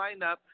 lineup